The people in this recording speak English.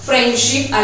Friendship